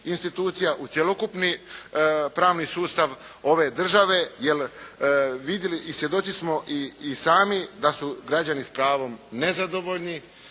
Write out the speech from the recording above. u cjelokupni pravni sustav ove države, jer i svjedoci smo i sami da su građani s pravom nezadovoljni,